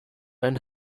and